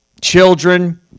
children